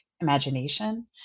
imagination